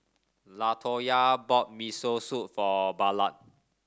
Latoya bought Miso Soup for Ballard